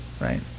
right